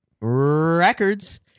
records